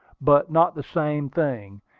but not the same thing.